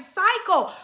cycle